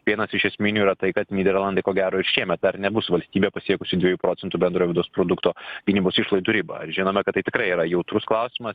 vienas iš esminių yra tai kad nyderlandai ko gero ir šiemet dar nebus valstybė pasiekusi dviejų procentų bendrojo vidaus produkto gynybos išlaidų ribą ir žinome kad tai tikrai yra jautrus klausimas